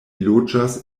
loĝas